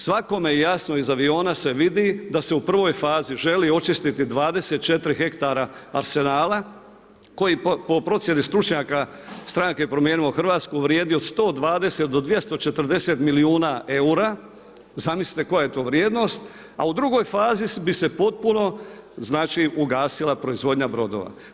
Svakome jasno iz aviona se vidi da se u prvoj fazi želi očistiti 24 hektara arsenala koji po procjeni stručnjaka stranke Promijenimo Hrvatsku vrijedi od 120 do 240 milijuna eura, zamislite koja je to vrijednost a u drugoj fazi bi se potpuno znači ugasila proizvodnja brodova.